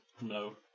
No